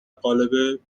قالب